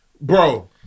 Bro